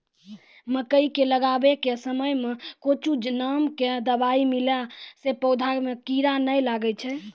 मकई के लगाबै के समय मे गोचु नाम के दवाई मिलैला से पौधा मे कीड़ा नैय लागै छै?